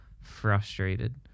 frustrated